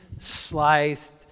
sliced